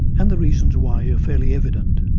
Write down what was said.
and the reasons why are fairly evident.